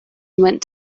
went